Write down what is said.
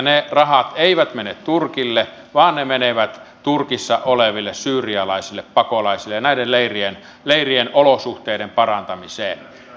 ne rahat eivät mene turkille vaan ne menevät turkissa oleville syyrialaisille pakolaisille ja näiden leirien olosuhteiden parantamiseen